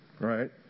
right